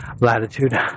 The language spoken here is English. latitude